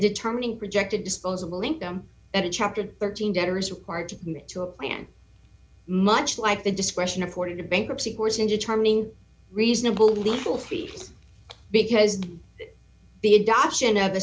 determining projected disposable link them at a chapter thirteen debtors required to commit to a plan much like the discretion afforded to bankruptcy courts in determining reasonable legal fees because the adoption of the